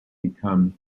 become